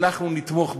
אנחנו נתמוך בה,